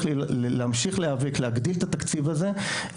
להמשיך להיאבק להגדיל את התקציב הזה,